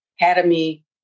Academy